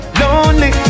lonely